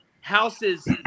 houses